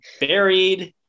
buried